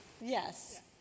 Yes